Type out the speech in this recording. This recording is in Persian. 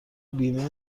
بیمه